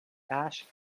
ash